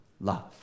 love